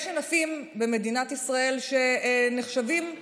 יש ענפים במדינת ישראל שנחשבים כחיוניים,